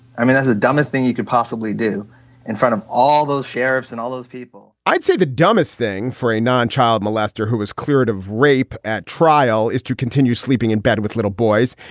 i mean that's the dumbest thing you could possibly do in front of all those sheriffs and all those people i'd say the dumbest thing for a non child molester who was cleared of rape at trial is to continue sleeping in bed with little boys.